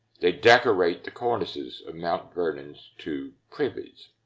they decorate the cornices of mount vernon's two privies.